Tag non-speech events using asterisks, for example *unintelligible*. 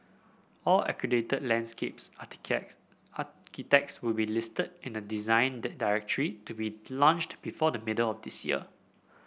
all accredited landscapes *unintelligible* architects will be listed in a Design *unintelligible* Directory to be launched before the middle of this year